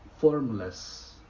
formless